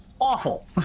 awful